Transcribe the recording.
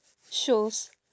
shows